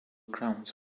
grounds